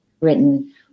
written